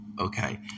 okay